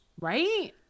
Right